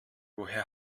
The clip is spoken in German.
woher